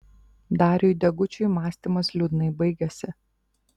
dariui degučiui mąstymas liūdnai baigėsi